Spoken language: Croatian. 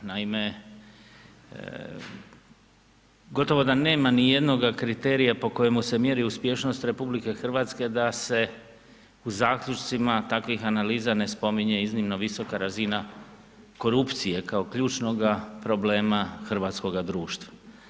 Naime gotovo da nema nijednoga kriterija po kojemu po kojemu se mjeri uspješnost RH da se zaključcima takvih analiza ne spominje iznimno visoka razina korupcije kao ključnoga problema hrvatskoga društva.